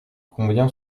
combien